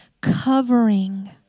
covering